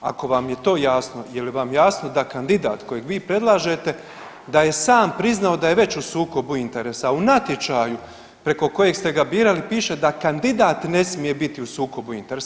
Ako vam je to jasno je li vam jasno da kandidat kojeg vi predlažete da je sam priznao da je već u sukobu interesa u natječaju preko kojeg ste ga birali piše da kandidat ne smije biti u sukobu interesa.